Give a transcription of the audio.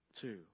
two